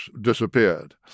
disappeared